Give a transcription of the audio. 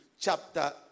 chapter